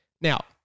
Now